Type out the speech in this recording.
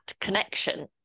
connection